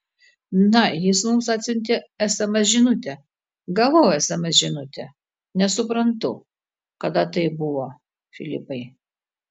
na jis mums atsiuntė sms žinutę gavau sms žinutę nesuprantu kada tai buvo filipai